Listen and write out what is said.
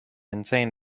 insane